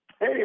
Hey